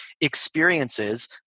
experiences